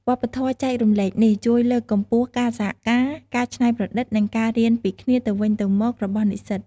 វប្បធម៌ចែករំលែកនេះ ជួយលើកកម្ពស់ការសហការ ការច្នៃប្រឌិត និងការរៀនពីគ្នាទៅវិញទៅមករបស់និស្សិត។